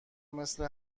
مثل